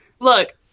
Look